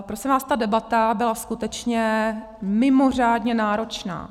Prosím vás, ta debata byla skutečně mimořádně náročná.